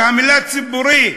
שהמילה "ציבורי"